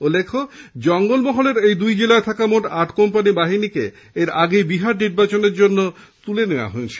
উল্লেখ্য জঙ্গলমহলের এই দুই জেলায় থাকা মোট আট কোম্পানি বাহিনীকে এর আগেই বিহার নির্বাচনের জন্য তুলে নেওয়া হয়েছিল